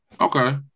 Okay